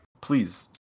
please